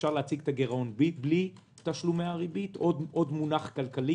אפשר להציג את הגירעון בלי תשלומי הריבית שזה עוד מונח כלכלי